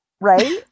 right